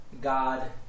God